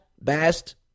best